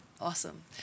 Awesome